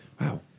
Wow